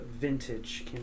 vintage